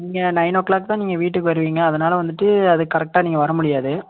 நீங்கள் nine o'clock தான் நீங்கள் வீட்டுக்கு வருவீங்கள் அதனால் வந்துட்டு அதுக்கு கரெக்டாக நீங்கள் வரமுடியாது